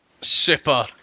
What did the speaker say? super